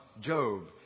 Job